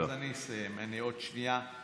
אז אני אסיים עוד שנייה.